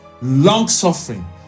long-suffering